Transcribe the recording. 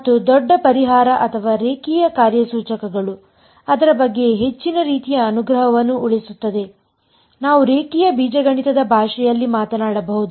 ಮತ್ತು ದೊಡ್ಡ ಪರಿಹಾರ ಅಥವಾ ರೇಖೀಯ ಕಾರ್ಯಸೂಚಕಗಳು ಅದರ ಬಗ್ಗೆ ಹೆಚ್ಚಿನ ರೀತಿಯ ಅನುಗ್ರಹವನ್ನು ಉಳಿಸುತ್ತದೆ ನಾವು ರೇಖೀಯ ಬೀಜಗಣಿತದ ಭಾಷೆಯಲ್ಲಿ ಮಾತನಾಡಬಹುದು